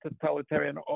totalitarian